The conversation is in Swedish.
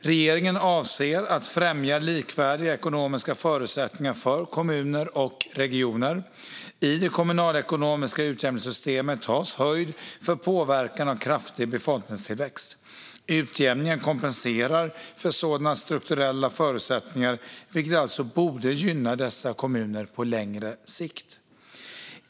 Regeringen avser att främja likvärdiga ekonomiska förutsättningar för kommuner och regioner. I det kommunalekonomiska utjämningssystemet tas höjd för påverkan av kraftig befolkningstillväxt. Utjämningen kompenserar för sådana strukturella förutsättningar, vilket alltså borde gynna dessa kommuner på längre sikt.